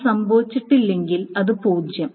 അത് സംഭവിച്ചില്ലെങ്കിൽ അത് 0